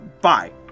Bye